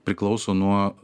priklauso nuo